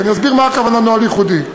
ואני אסביר מה הכוונה נוהל ייחודי.